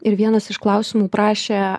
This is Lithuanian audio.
ir vienas iš klausimų prašė